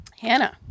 Hannah